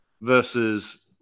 versus